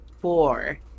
four